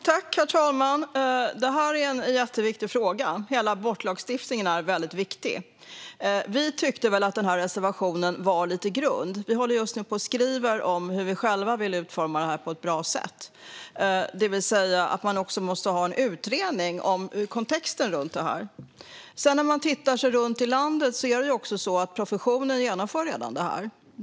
Herr talman! Detta är en jätteviktig fråga. Hela abortlagstiftningen är väldigt viktig. Vi tyckte att reservationen var lite grund. Vi håller just nu på och skriver om hur vi själva vill utforma det på ett bra sätt. Man måste också ha en utredning om kontexten runt detta. När man tittar sig runt i landet genomför professionen redan detta.